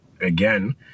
again